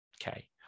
Okay